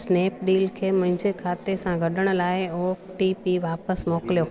Snapdeal खे मुंहिंजे खाते सां ॻंढण लाइ ओ टी पी वापिसि मोकिलियो